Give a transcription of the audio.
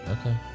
Okay